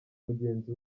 mugenzi